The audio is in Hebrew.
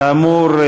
כאמור,